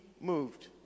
moved